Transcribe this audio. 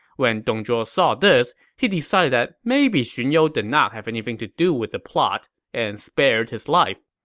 when dong zhuo saw this, he decided that maybe xun you did not have anything to do with the plot and spared his life.